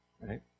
right